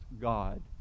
God